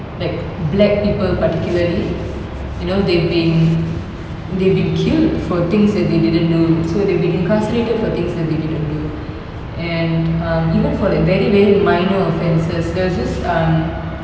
like black people particularly you know they've been they've been killed for things that they didn't do so they've been incarcerated for things that they didn't do and um even for like very very minor offences there was this um